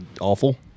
awful